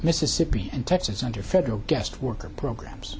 mississippi and texas under federal guest worker programs